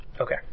Okay